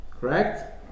Correct